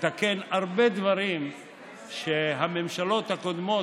לתקן הרבה דברים שהממשלות הקודמות,